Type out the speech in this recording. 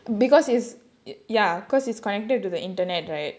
because it's ya because it's connected to the internet right